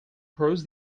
across